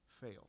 fail